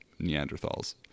neanderthals